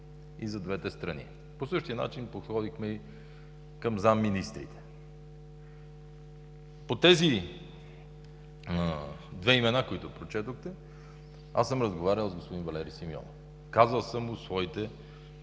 и за двете страни. По същия начин подходихме и към заместник-министрите. По тези две имена, които прочетохте, съм разговарял с господин Валери Симеонов, казал съм му своите